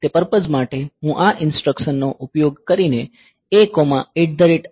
તે પર્પઝ માટે હું આ ઇન્સટ્રકસનનો ઉપયોગ કરીને AR0 ને એડ કરી શકું છું